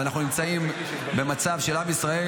אנחנו נמצאים במצב של עם ישראל,